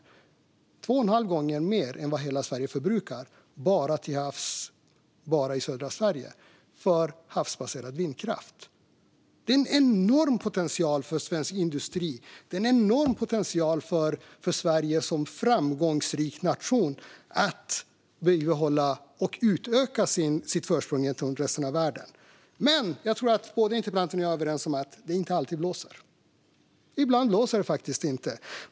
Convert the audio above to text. Det handlar om två och en halv gånger mer än vad hela Sverige förbrukar, bara till havs och bara i södra Sverige, från havsbaserad vindkraft. Det finns en enorm potential för svensk industri. Det finns en enorm potential för Sverige som framgångsrik nation att bibehålla och utöka sitt försprång gentemot resten av världen. Jag tror dock att interpellanten och jag är överens om att det inte alltid blåser. Ibland blåser det faktiskt inte.